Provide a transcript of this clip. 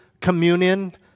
communion